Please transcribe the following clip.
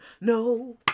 no